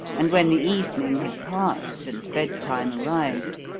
and when the evening had passed and bedtime arrived,